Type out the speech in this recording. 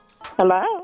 Hello